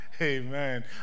Amen